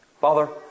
Father